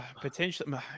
potentially